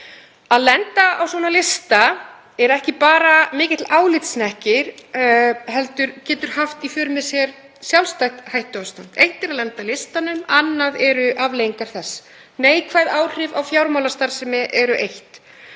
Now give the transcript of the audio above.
Að lenda á slíkum lista er ekki bara mikill álitshnekkir heldur getur það haft í för með sér sjálfstætt hættuástand. Eitt er að lenda á listanum, annað eru afleiðingar þess. Neikvæð áhrif á fjármálastarfsemi eru eitt